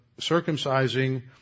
circumcising